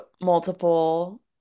multiple